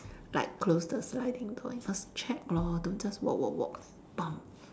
like close the sliding door you must check lor don't just walk walk walk bump